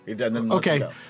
Okay